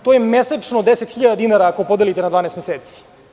To je mesečno 10.000 dinara ako podelite na 12meseci.